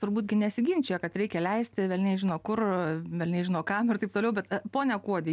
turbūt gi nesiginčija kad reikia leisti velniai žino kur velniai žino kam ir taip toliau bet pone kuodi